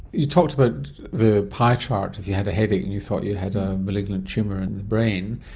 you talked about the pie chart if you had a headache and you thought you had a malignant tumour in the brain,